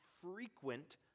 frequent